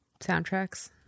soundtracks